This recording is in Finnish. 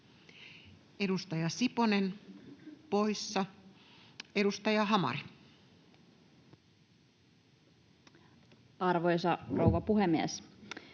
Edustaja Siponen, poissa. — Edustaja Hamari. Arvoisa rouva puhemies!